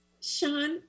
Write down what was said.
Sean